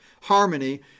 harmony